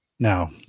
Now